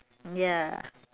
ya